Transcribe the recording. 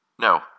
No